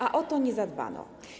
A o to nie zadbano.